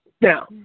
Now